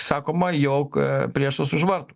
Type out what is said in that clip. sakoma jog priešas už vartų